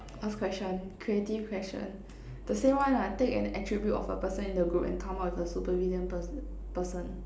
last question creative question the same one lah take an attribute of a person in the group and come up with a super villain person person